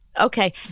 Okay